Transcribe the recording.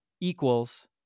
equals